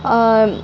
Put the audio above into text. اور